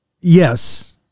yes